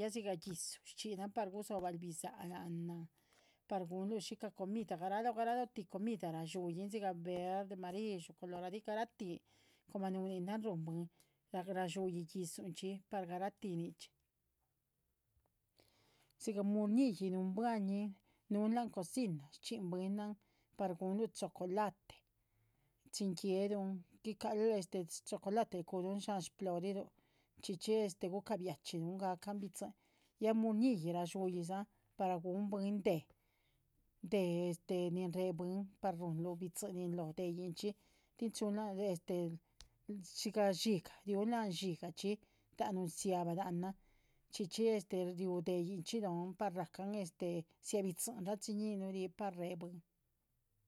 ya siga gi´dzu sxhinnan gusobarú bidza´h lanah par gunlu sxhica comida, garagaloti comida ra´dxuyin, siga verde, marisxhu, coloradito, gasxheti. como nunninan run buiinn, ra´dxuyi gi´dzu par garatí nicxhí. siga murñiyih nuunbuañinh nunnh lanh cocina sxhinnh buiinnan par gunlu chocolate chxín gue´luh, guicarú chocolate chu shaan ploriru, chxíchi gucabiachílunh, gacanh bi´dxin ya murñiyih ra´dxuyisan par gun buiinn- deh nin re buiinn- par runru bi´dxin lonh, ruiun lanh xhigah sdha nun nziaba lanh, chxíchi riu dehincxhí lonh racan nzia´ba bi´dxin rachxíñinu ri par re buiinnan